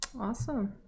Awesome